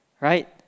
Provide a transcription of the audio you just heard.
right